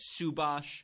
Subash